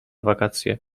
wakacje